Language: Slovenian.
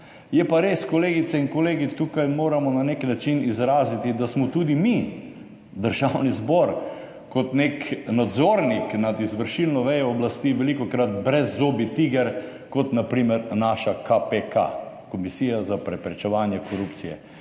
- 12.25 (Nadaljevanje) tukaj moramo na nek način izraziti, da smo tudi mi Državni zbor kot nek nadzornik nad izvršilno vejo oblasti velikokrat brezzobi tiger, kot na primer naša KPK, Komisija za preprečevanje korupcije,